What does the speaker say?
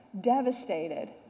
devastated